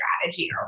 strategy